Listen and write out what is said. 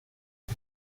det